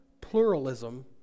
Pluralism